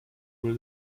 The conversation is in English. will